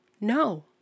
no